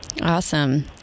Awesome